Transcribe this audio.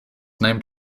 named